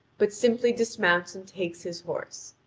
but simply dismounts and takes his horse.